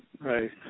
Right